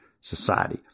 society